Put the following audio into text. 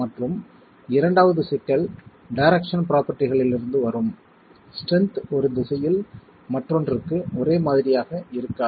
மற்றும் இரண்டாவது சிக்கல் டைரக்சனல் ப்ரோபர்டிகளிலிருந்து வரும் ஸ்ட்ரென்த் ஒரு திசையில் மற்றொன்றுக்கு ஒரே மாதிரியாக இருக்காது